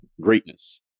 greatness